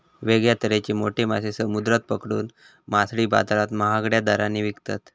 वेगळ्या तरेचे मोठे मासे समुद्रात पकडून मासळी बाजारात महागड्या दराने विकतत